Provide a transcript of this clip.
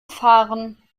fahren